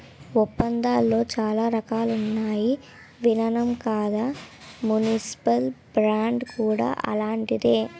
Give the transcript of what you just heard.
ఒప్పందాలలో చాలా రకాలున్నాయని విన్నాం కదా మున్సిపల్ బాండ్ కూడా అలాంటిదే